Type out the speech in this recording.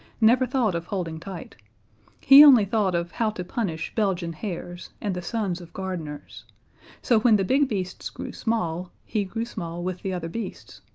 never thought of holding tight he only thought of how to punish belgian hares and the sons of gardeners so when the big beasts grew small, he grew small with the other beasts,